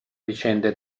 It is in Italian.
vicende